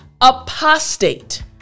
apostate